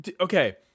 okay